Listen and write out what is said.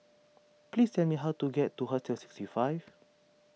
please tell me how to get to Hostel sixty five